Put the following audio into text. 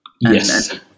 yes